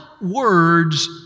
words